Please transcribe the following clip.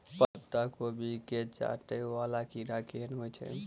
पत्ता कोबी केँ चाटय वला कीड़ा केहन होइ छै?